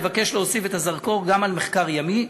מבקש להוסיף את הזרקור גם על מחקר ימי.